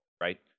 right